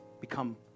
become